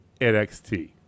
NXT